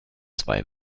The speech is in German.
zwei